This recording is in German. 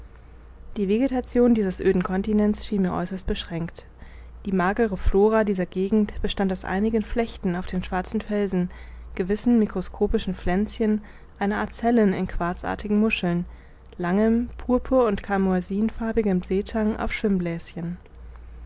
die vegetation dieses öden continents schien mir äußerst beschränkt die magere flora dieser gegend bestand aus einigen flechten auf den schwarzen felsen gewissen mikroskopischen pflänzchen eine art zellen in quarzartigen muscheln langem purpur und carmoisinfarbigem seetang auf